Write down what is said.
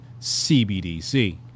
CBDC